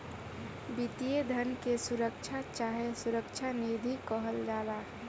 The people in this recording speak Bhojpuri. वित्तीय धन के सुरक्षा चाहे सुरक्षा निधि कहल जाला